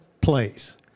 place